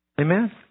Amen